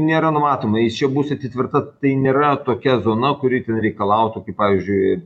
nėra numatoma jis čia bus atitverta tai nėra tokia zona kuri ten reikalautų kaip pavyzdžiui